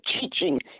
teaching